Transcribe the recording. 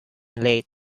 late